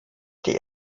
die